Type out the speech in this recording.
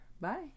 Bye